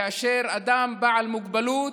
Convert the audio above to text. כאשר אדם בעל מוגבלות,